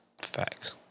Facts